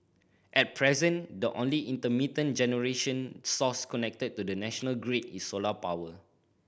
at present the only intermittent generation source connected to the national grid is solar power